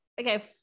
okay